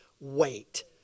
wait